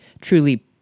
truly